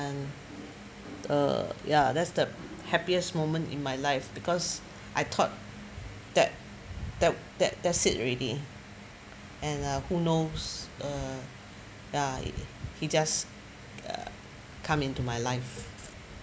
and uh ya that's the happiest moment in my life because I thought that that that that's it already and uh who knows uh ya he just uh come into my life